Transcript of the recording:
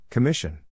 Commission